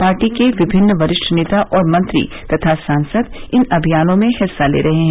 party के विभिन्न वरिष्ठ नेता और मंत्री तथा सांसद इन अभियानों में हिस्सा ले रहे हैं